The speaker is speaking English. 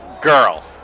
girl